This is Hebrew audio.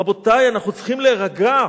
רבותי, אנחנו צריכים להירגע.